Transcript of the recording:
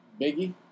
Biggie